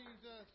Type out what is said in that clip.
Jesus